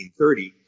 1930